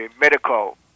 medical